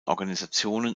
organisationen